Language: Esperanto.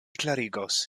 klarigos